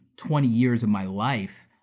twenty years of my life.